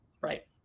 right